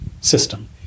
system